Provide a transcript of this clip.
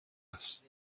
است